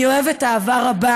אני אוהבת אהבה רבה